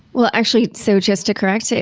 well, actually so just to correct, so